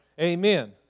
Amen